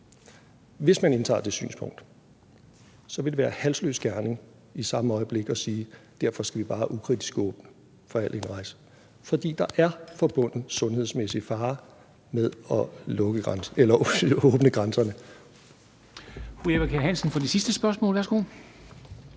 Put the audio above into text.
Hvis man indtager det synspunkt, vil det være en halsløs gerning i samme øjeblik at sige, at derfor skal vi bare ukritisk åbne for al indrejse, fordi der er sundhedsmæssig fare forbundet med at åbne grænserne.